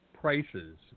prices